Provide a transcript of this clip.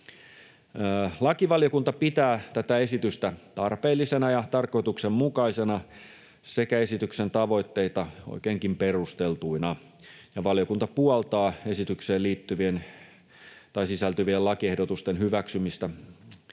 Lakivaliokunta pitää tätä esitystä tarpeellisena ja tarkoituksenmukaisena sekä esityksen tavoitteita oikeinkin perusteltuina, ja valiokunta puoltaa esitykseen sisältyvien lakiehdotusten hyväksymistä